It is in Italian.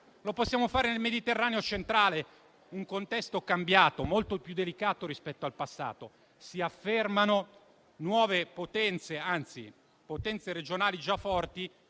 in Libia e nel Mediterraneo centrale, un contesto cambiato e molto più delicato rispetto al passato. Si affermano nuove potenze, anzi potenze regionali già forti